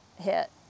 hit